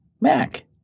Mac